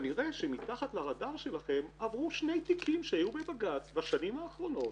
כנראה שמתחת רדאר שלכן עברו שני תיקים שהיו בבג"ץ בשנים האחרונות,